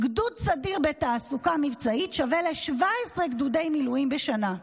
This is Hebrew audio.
גדוד סדיר בתעסוקה מבצעית שווה ל-17 גדודי מילואים בשנה.